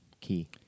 Key